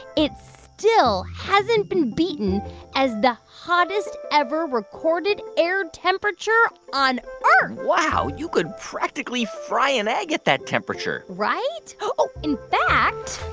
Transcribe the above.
it still hasn't been beaten as the hottest-ever-recorded air temperature on earth wow. you could practically fry an egg at that temperature right? oh, in fact.